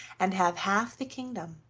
and have half the kingdom.